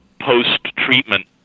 post-treatment